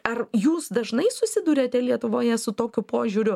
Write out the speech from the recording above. ar jūs dažnai susiduriate lietuvoje su tokiu požiūriu